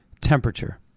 temperature